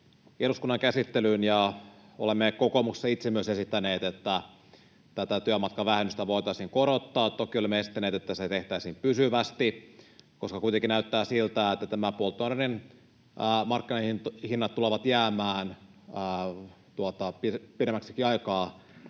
eduskunnan käsittelyyn, ja olemme kokoomuksessa itse myös esittäneet, että tätä työmatkavähennystä voitaisiin korottaa. Toki olemme esittäneet, että se tehtäisiin pysyvästi, koska kuitenkin näyttää siltä, että nämä polttoaineiden markkinahinnat tulevat jäämään pidemmäksikin aikaa